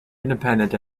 independent